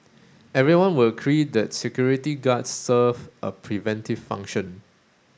everyone will agree that security guards serve a preventive function